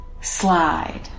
slide